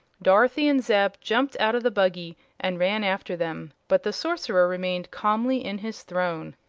dorothy and zeb jumped out of the buggy and ran after them, but the sorcerer remained calmly in his throne.